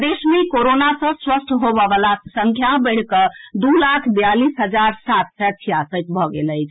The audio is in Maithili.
प्रदेश मे कोरोना सँ स्वस्थ होबए वलाक संख्या बढ़ि कऽ दू लाख बियालीस हजार सात सय छियासठि भऽ गेल अछि